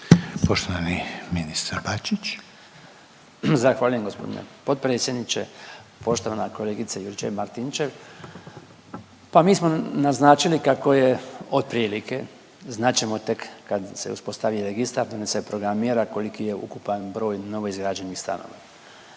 **Bačić, Branko (HDZ)** Zahvaljujem gospodine potpredsjedniče, poštovana kolegice Juričev-Martinčev. Pa mi smo naznačili kako je otprilike, znat ćemo tek kad se uspostavi registar, donese program mjera koliki je ukupan broj novo izgrađenih stanova.